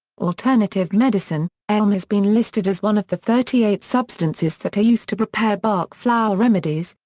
alternative medicine elm has been listed as one of the thirty eight substances that are used to prepare bach flower remedies,